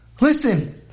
Listen